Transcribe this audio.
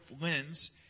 lens